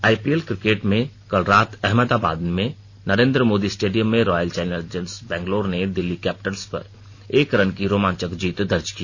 IPL cricket में कल रात अहमदाबाद में नरेंद्र मोदी स्टेडियम में रॉयल चौलेंजर्स बेंगलोर ने दिल्ली कैपिटल्स पर एक रन से रोमांचक जीत दर्ज की